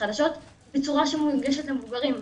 בחדשות וזו צורה שמונגשת למבוגרים.